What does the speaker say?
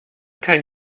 kein